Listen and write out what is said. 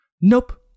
Nope